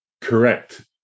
correct